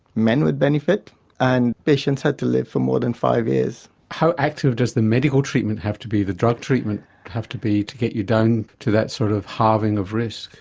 men would benefit and patients had to live for more than five years. how active does the medical treatment have to be, the drug treatment have to be to get you down to that sort of halving of risk?